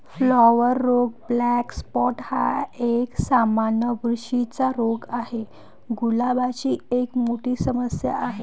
flower रोग black spot हा एक, सामान्य बुरशीचा रोग आहे, गुलाबाची एक मोठी समस्या आहे